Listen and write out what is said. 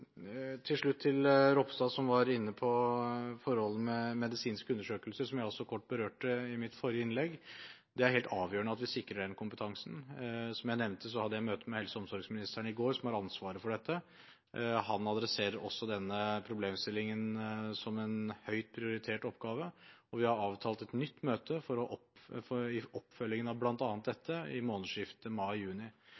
Til slutt til Ropstad, som var inne på forholdene med medisinske undersøkelser, som jeg også kort berørte i mitt forrige innlegg: Det er helt avgjørende at vi sikrer den kompetansen. Som jeg nevnte, hadde jeg møte med helse- og omsorgsministeren i går, som har ansvaret for dette. Han adresserer også denne problemstillingen som en høyt prioritert oppgave, og vi har avtalt et nytt møte i oppfølgingen av bl.a. dette i månedsskiftet mai/juni. Det